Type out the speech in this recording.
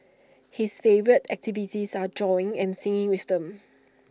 his favourite activities are drawing and singing with them